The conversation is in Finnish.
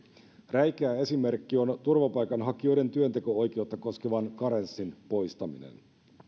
räikeä esimerkki on turvapaikanhakijoiden työnteko oikeutta koskevan karenssin poistaminen